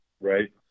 Right